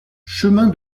chemin